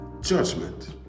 judgment